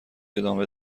دامه